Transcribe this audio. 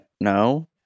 No